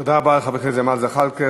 תודה רבה לחבר הכנסת ג'מאל זחאלקה.